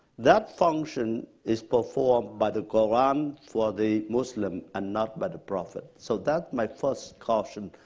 that function is performed by the quran for the muslim and not by the prophet. so that's my first caution,